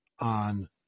on